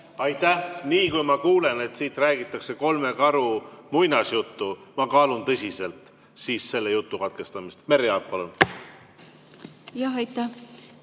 Aitäh! Niipea, kui ma kuulen, et siin räägitakse kolme karu muinasjuttu, ma kaalun tõsiselt selle jutu katkestamist. Merry Aart, palun! Aitäh!